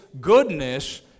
goodness